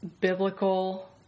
biblical